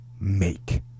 make